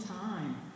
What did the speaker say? time